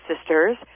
sisters